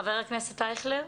חבר הכנסת אייכלר.